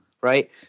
right